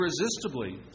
irresistibly